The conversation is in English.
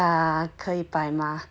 那不懂摆酒席呀可以摆吗